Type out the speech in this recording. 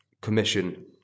commission